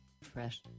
fresh